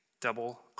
double